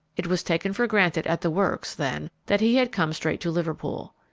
it was taken for granted at the works, then, that he had come straight to liverpool.